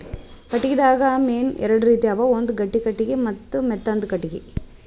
ಕಟ್ಟಿಗಿದಾಗ್ ಮೇನ್ ಎರಡು ರೀತಿ ಅವ ಒಂದ್ ಗಟ್ಟಿ ಕಟ್ಟಿಗಿ ಮತ್ತ್ ಮೆತ್ತಾಂದು ಕಟ್ಟಿಗಿ